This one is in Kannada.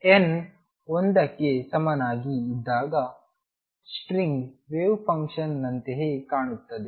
n1 ಕ್ಕೆ ಸಮನಾಗಿ ಇದ್ದಾಗ ಸ್ಟ್ರಿಂಗ್ ವೇವ್ ಫಂಕ್ಷನ್ ನಂತೆಯೇ ಕಾಣುತ್ತದೆ